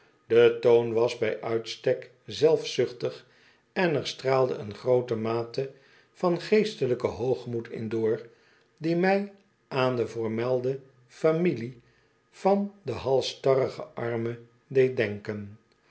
de toon was bij uitstek zelfzuchtigen er straalde eene groote mate van geestelijken hoogmoed in door die mij aan de voormelde familie van den halsstarrigen arme deed denken